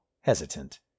hesitant